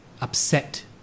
upset